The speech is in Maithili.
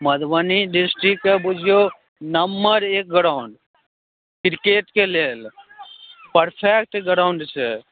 मधुबनी डिस्ट्रिक्ट कए बुझियौ नम्मर एक गराउण्ड क्रिकेट के लेल परफैक्ट गराउण्ड छै